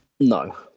no